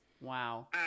wow